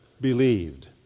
believed